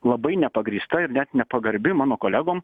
labai nepagrįsta ir net nepagarbi mano kolegom